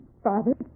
Father